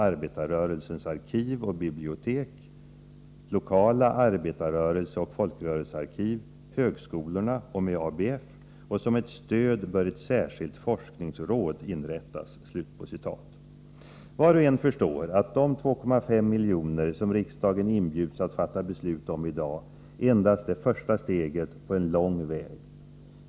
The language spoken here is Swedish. Arbetarrörelsens arkiv och bibliotek, lokala arbetarrörelseoch folkrörelsearkiv, högskolorna och med ABF, och som ett stöd bör ett särskilt forskningsråd inrättas.” Var och en förstår att de 2,5 milj.kr. som riksdagen inbjuds att fatta beslut om i dag endast är första steget på en lång väg.